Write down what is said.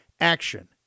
Action